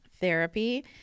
therapy